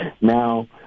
Now